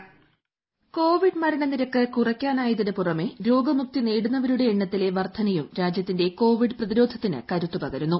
പ്പോയിസ് Covid മരണനിരക്ക് കുർയ്ക്കാനായതിനു പുറമേ രോഗമുക്തി നേടുന്നവരുടെ എണ്ണത്തില്ലെ വർധനയും രാജ്യത്തിന്റെ കോവിഡ് പ്രതിരോധത്തിന് കരുത്ത് പകരുന്നു